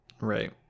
right